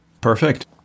Perfect